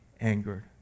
angered